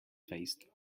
faced